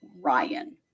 Ryan